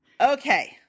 Okay